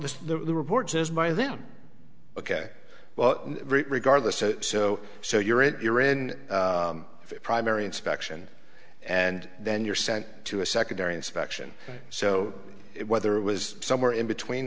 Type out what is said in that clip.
that the report says my then ok well regardless so so so you're in you're in primary inspection and then you're sent to a secondary inspection so whether it was somewhere in between